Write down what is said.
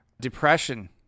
Depression